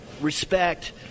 respect